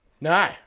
No